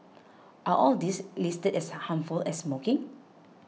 are all these listed as harmful as smoking